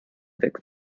weg